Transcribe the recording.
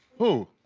who?